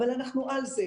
אבל אנחנו על זה.